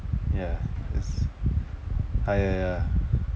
ya is higher ya